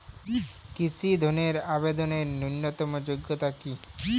কৃষি ধনের আবেদনের ন্যূনতম যোগ্যতা কী?